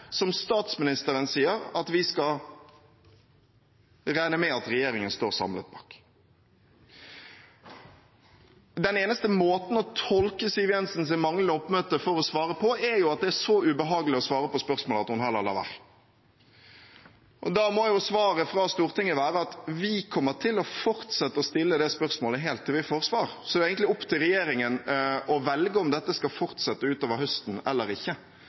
som statsministeren sier at vi skal regne med at regjeringen står samlet bak. Den eneste måten å tolke Siv Jensens manglende oppmøte for å svare er at det er så ubehagelig å svare på spørsmålet at hun heller lar være. Da må svaret fra Stortinget være at vi kommer til å fortsette å stille det spørsmålet helt til vi får svar, så det er egentlig opp til regjeringen å velge om dette skal fortsette utover høsten eller ikke.